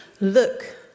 Look